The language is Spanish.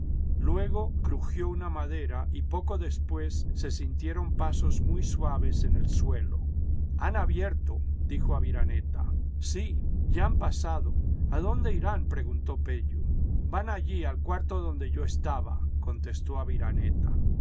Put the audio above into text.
luego crujió una madera y poco después se sintieron pasos muy suaves en el suelo han abierto dijo aviraneta vsí ya han pasado j'adónde irán preguntó pello van allí al cuarto donde yo estaba contestó aviraneta